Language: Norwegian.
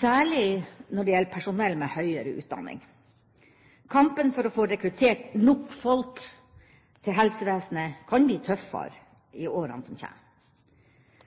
særlig når det gjelder personell med høyere utdanning. Kampen for å få rekruttert nok folk til helsevesenet kan bli tøffere i årene som